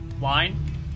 line